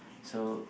so